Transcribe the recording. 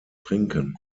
trinken